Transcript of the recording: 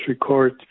court